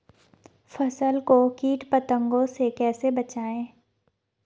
फसल को कीट पतंगों से कैसे बचाएं?